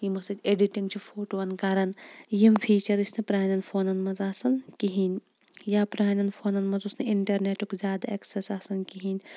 یِمو سۭتۍ ایٚڈِٹِنٛگ چھِ فوٹوٗوَن کَران یِم فیٖچَر ٲسۍ نہٕ پرٛانیٚن فونَن منٛز آسان کِہیٖنٛۍ یا پرٛانیٚن فونَن مَنٛز اوس نہٕ اِنٹَرنیٚٹُک زیادٕ ایٚکسیٚس آسان کِہیٖنٛۍ